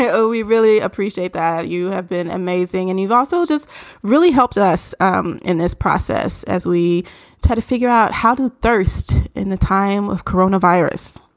oh, we really appreciate that. you have been amazing. and you've also just really helped us um in this process as we try to figure out how to thirst in the time of coronavirus